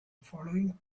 following